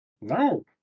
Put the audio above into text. No